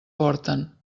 porten